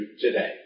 today